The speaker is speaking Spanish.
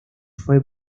fue